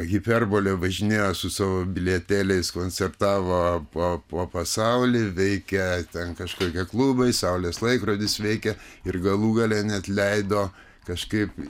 hiperbolė važinėjo su savo bilietėliais koncertavo po po pasaulį veikia ten kažkokie klubai saulės laikrodis veikia ir galų gale net leido kažkaip